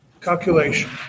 calculation